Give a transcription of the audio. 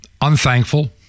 unthankful